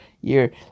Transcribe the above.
year